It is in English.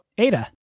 Ada